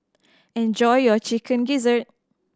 enjoy your Chicken Gizzard